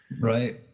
Right